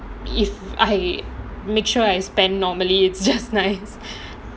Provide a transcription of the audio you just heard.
if I make sure I spend normally it's just nice